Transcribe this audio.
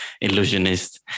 illusionist